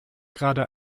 gerade